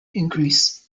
increase